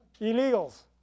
illegals